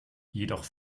jedoch